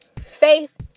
faith